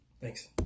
Thanks